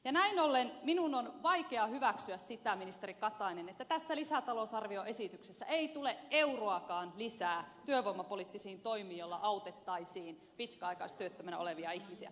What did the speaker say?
näin ollen minun on vaikea hyväksyä sitä ministeri katainen että tässä lisätalousarvioesityksessä ei tule euroakaan lisää työvoimapoliittisiin toimiin joilla autettaisiin pitkäaikaistyöttömänä olevia ihmisiä